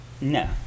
No